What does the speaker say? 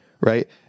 right